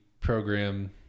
program